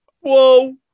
Whoa